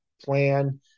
plan